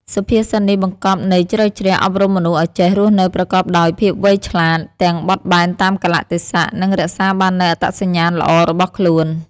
សុភាសិតនេះបង្កប់ន័យជ្រៅជ្រះ អប់រំមនុស្សឱ្យចេះរស់នៅប្រកបដោយភាពវៃឆ្លាត ទាំងបត់បែនតាមកាលៈទេសៈ និងរក្សាបាននូវអត្តសញ្ញាណល្អរបស់ខ្លួន។